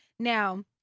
Now